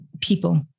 people